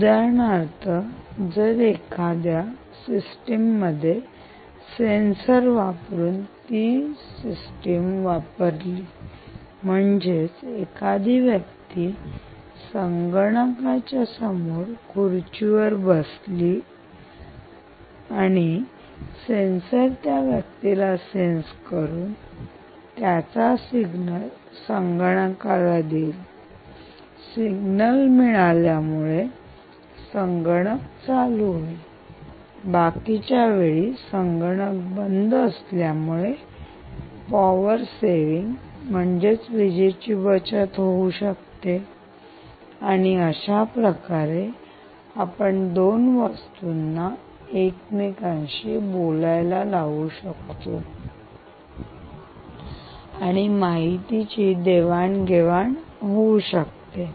उदाहरणार्थ जर एखाद्या सिस्टीम मध्ये सेन्सर वापरून ती सिस्टीम वापरली म्हणजेच एखादी व्यक्ती संगणकाच्या समोर खुर्चीवर बसली असेल तर सेंसर त्या व्यक्तीला सेन्स करून त्याचा सिग्नल संगणकाला देईल सिग्नल मिळाल्यामुळे संगणक चालू होईल बाकीच्या वेळी संगणक बंद असल्यामुळे पावर सेविंग म्हणजेच विजेची बचत होऊ शकते आणि अशाप्रकारे आपण दोन वस्तूंना एकमेकांशी बोलायला लावू शकतो आणि माहितीची देवाण घेवाण होऊ शकते